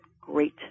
great